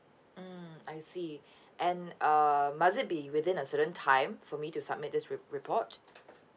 mm I see and err must it be within a certain time for me to submit this re~ report